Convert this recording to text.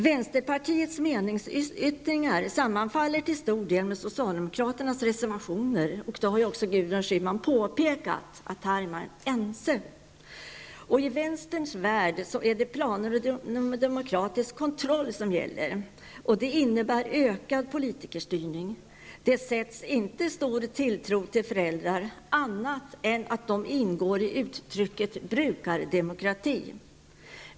Vänsterpartiets meningsyttringar sammanfaller till stor del med socialdemokraternas reservationer. Gudrun Schyman har också påpekat att här är man ense. I vänsterns värld är det planer och demokratisk kontroll som gäller, och det innebär ökad politikerstyrning. Det sätts inte stor tilltro till föräldrar, annat än att de ingår i uttrycket brukardemokrati.